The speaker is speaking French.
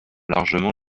largement